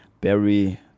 Barry